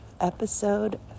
episode